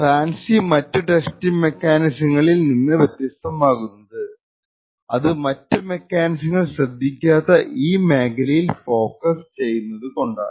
fancy മറ്റു testing മെക്കാനിസങ്ങളിൽ നിന്ന് വ്യത്യസ്താമാകുന്നത് അത് മറ്റ് മെക്കാനിസങ്ങൾ ശ്രദ്ധിക്കാത്ത ഈ മേഖലയിൽ ഫോക്കസ് ചെയ്യുന്നതുകൊണ്ടാണ്